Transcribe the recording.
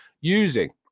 using